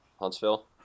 Huntsville